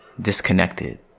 disconnected